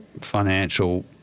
financial